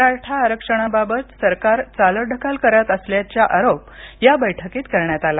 मराठा आरक्षणाबाबत सरकार चालढकल करत असल्याचा आरोप या बैठकीत करण्यात आला